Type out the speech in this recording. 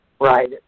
Right